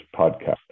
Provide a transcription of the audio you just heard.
podcast